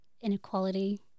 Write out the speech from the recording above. inequality